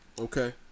Okay